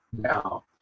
Now